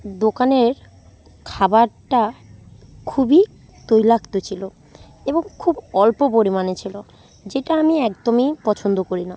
দোকানের খাবারটা খুবই তৈলাক্ত ছিলো এবং খুব অল্প পরিমাণে ছিলো যেটা আমি একদমই পছন্দ করি না